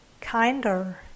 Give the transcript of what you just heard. kinder